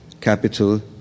capital